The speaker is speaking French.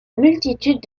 multitude